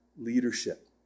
leadership